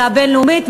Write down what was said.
אלא הבין-לאומית,